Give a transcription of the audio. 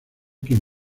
quien